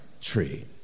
tree